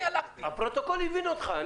הפרוטוקול הבין אותך.